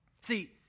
See